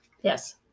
Yes